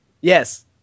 yes